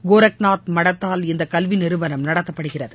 கோரக்நாத் மடத்தால் இந்த கல்வி நிறுவனம் நடத்தப்படுகிறது